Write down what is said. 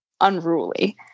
unruly